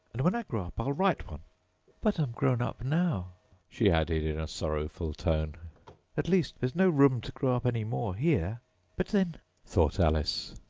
and when i grow up, i'll write one but i'm grown up now she added in a sorrowful tone at least there's no room to grow up any more here but then thought alice,